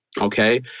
okay